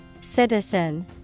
Citizen